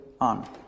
on